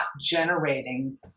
generating